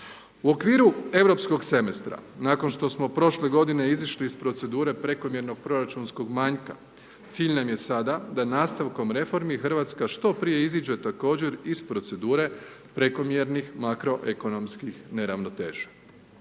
U okviru Europskog semestra, nakon što smo prošle godine izišli iz procedure prekomjernog proračunskog manjka, cilj nam je sada da nastavkom reformi, RH što prije iziđe, također, iz procedure prekomjernih makroekonomskih neravnoteža.